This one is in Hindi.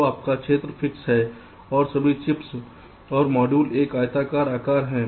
तो आपका क्षेत्र फिक्स है और सभी चिप्स संदर्भ समय 1810 और मॉड्यूल एक आयताकार आकार है